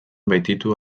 baititu